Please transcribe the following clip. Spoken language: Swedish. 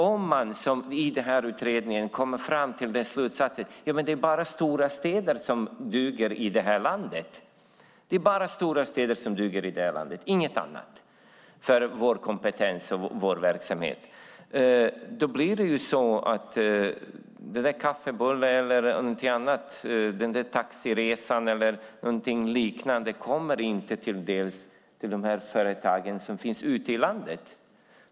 Om utredningen kommer fram till slutsatsen att det bara är stora städer som duger för kompetens och verksamhet i det här landet kommer kaffebullen och taxiresan inte företagen ute i landet till del.